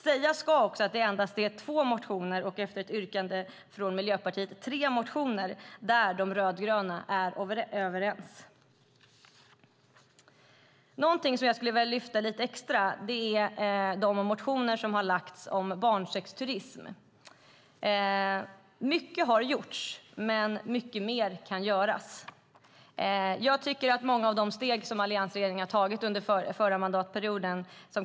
Sägas ska också att det endast är tre motioner där de rödgröna är överens. Något jag vill lyfta fram lite extra är de motioner som väckts om barnsexturism. Mycket har gjorts, men mycket mer kan göras. Som kristdemokrat är jag glad över det arbete som har gjorts och de steg som alliansregeringen tog under förra mandatperioden.